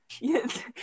Yes